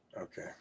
Okay